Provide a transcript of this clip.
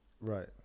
Right